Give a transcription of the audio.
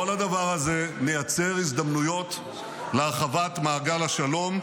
כל הדבר הזה מייצר הזדמנויות להרחבת מעגל השלום,